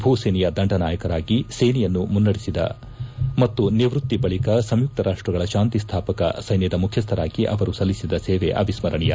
ಭೂಸೇನೆಯ ದಂಡನಾಯಕರಾಗಿ ಸೇನೆಯನ್ನು ಮುನ್ನಡೆಸಿದ ಮತ್ತು ನಿವೃತ್ತಿ ಬಳಿಕ ಸಂಯುಕ್ತ ರಾಷ್ಟಗಳ ಶಾಂತಿ ಸ್ಥಾಪಕ ಸೈನ್ಯದ ಮುಖ್ಯಸ್ಥರಾಗಿ ಅವರು ಸಲ್ಲಿಸಿದ ಸೇವೆ ಅವಿಸ್ಕರಣೀಯ